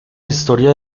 historia